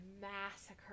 massacre